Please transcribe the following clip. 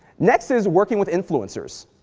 next is working with influencers.